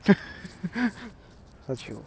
她 chio